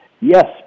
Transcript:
Yes